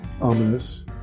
ominous